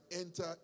enter